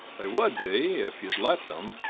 they would be, if you'd let them.